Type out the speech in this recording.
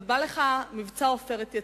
אבל בא מבצע "עופרת יצוקה",